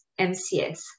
MCS